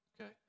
okay